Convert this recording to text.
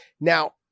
Now